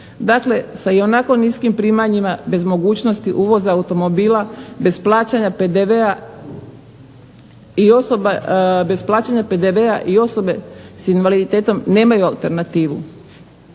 Dakle sa ionako niskim primanjima, bez mogućnosti uvoza automobila, bez plaćanja PDV-a i osobe s invaliditetom nemaju alternativu,